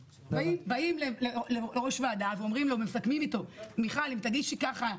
באים ליושב-ראש ועדה ומסכמים אתו הוא אומר: אם תגישי ככה,